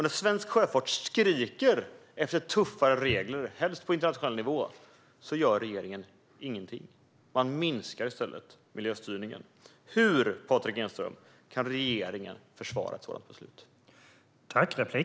När svensk sjöfart skriker efter tuffare regler, helst på internationell nivå, gör regeringen ingenting. Man minskar i stället miljöstyrningen. Hur kan regeringen försvara ett sådant beslut, Patrik Engström?